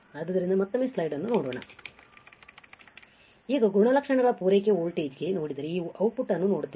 ಆದ್ದರಿಂದ ಮತ್ತೊಮ್ಮೆ ಸ್ಲೈಡ್ ಅನ್ನು ನೋಡೋಣ ಈಗ ಗುಣಲಕ್ಷಣಗಳ ಪೂರೈಕೆ ವೋಲ್ಟೇಜ್ಗೆ ನೋಡಿದರೆ ಈ ಔಟ್ಪುಟ್ ಅನ್ನು ನೋಡುತ್ತೇವೆ